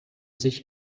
sich